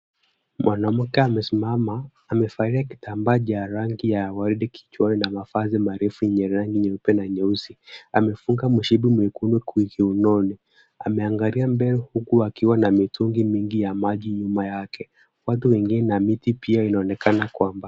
Mwanamke amesimama amevalia kitambaa cha rangi ya orange kichwani na mavazi marefu yenye rangi nyeupe na nyeusi. Amefunga mshipi mwekundu kiunoni. Ameangalia mbele huku akiwa na mitungi mingi ya maji nyuma yake. Watu wengine na miti pia inaonekana kwa mbali.